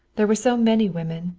there were so many women,